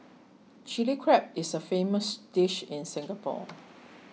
Chilli Crab is a famous dish in Singapore